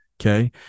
Okay